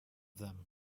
them